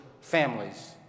families